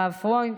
הרב פרוינד.